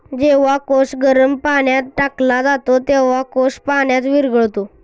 जेव्हा कोश गरम पाण्यात टाकला जातो, तेव्हा कोश पाण्यात विरघळतो